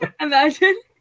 Imagine